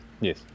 Yes